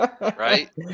Right